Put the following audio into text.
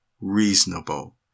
reasonable